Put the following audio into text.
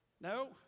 No